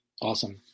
awesome